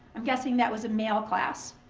i'm guessing that was a male class.